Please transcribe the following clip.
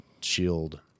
Shield